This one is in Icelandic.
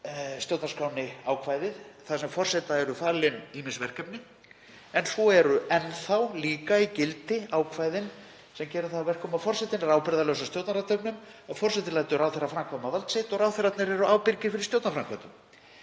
stjórnarskránni ákvæði þar sem forseta eru falin ýmis verkefni en svo eru enn í gildi ákvæði sem gera það að verkum að forsetinn er ábyrgðarlaus af stjórnarathöfnum, að forsetinn lætur ráðherra framkvæma vald sitt og ráðherrarnir eru ábyrgir fyrir stjórnarframkvæmdum.